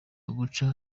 guca